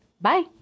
bye